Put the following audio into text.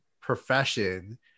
profession